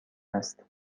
است